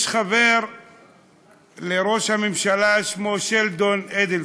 יש חבר לראש הממשלה, שמו שלדון אדלסון,